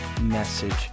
message